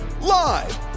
live